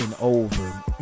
over